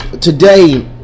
Today